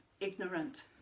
ignorant